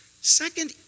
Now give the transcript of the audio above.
Second